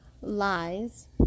lies